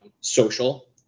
social